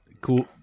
cool